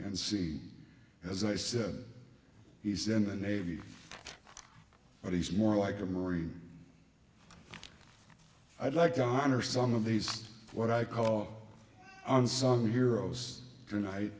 and see as i said he's in the navy but he's more like a marine i'd like john or some of these what i call unsung heroes tonight